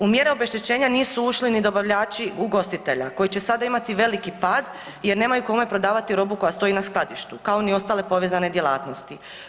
U mjere obeštećenja nisu ušli ni dobavljači ugostitelja koji će sada imati veliki pad jer nemaju kome prodavati robu koja stoji na skladištu kao ni ostale povezane djelatnosti.